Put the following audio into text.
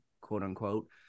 quote-unquote